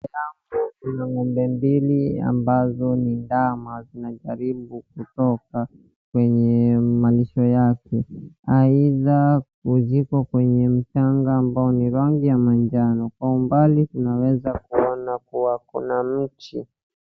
Kuna ng'ombe mbili ambazo ni ndama zinajaribu kutoka kwenye malisho yake. Aidha ziko kwenye mchanga ambao ni rangi ya manjano, kwa umbali unaweza kuona kuwa kuna michi.